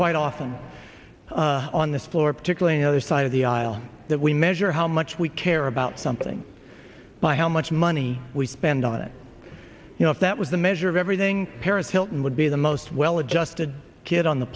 quite often on this floor particularly the other side of the aisle that we measure how much we care about something by how much money we spend on it you know if that was the measure of everything paris hilton would be the most well adjusted kid on the